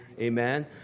Amen